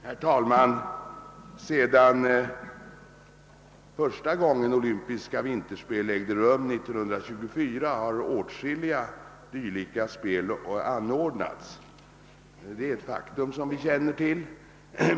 Herr talman! Sedan olympiska vinterspel första gången ägde rum 1924, har, som vi vet, åtskilliga sådana spel anordnats.